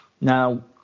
Now